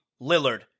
Lillard